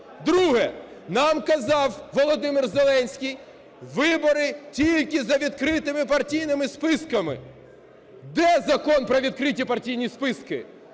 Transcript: Друге. Нам казав Володимир Зеленський: "Вибори тільки за відкритими партійними списками". Де Закон про відкриті партійні списки?